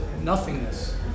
nothingness